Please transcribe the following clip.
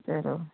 चलो